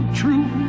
true